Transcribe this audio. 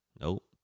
Nope